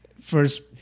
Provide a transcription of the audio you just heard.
First